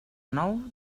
nou